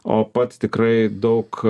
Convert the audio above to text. o pats tikrai daug